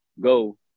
go